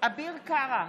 אביר קארה,